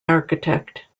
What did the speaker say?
architect